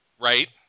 Right